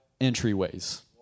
entryways